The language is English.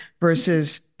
versus